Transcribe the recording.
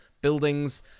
buildings